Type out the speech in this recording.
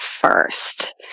first